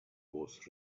was